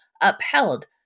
upheld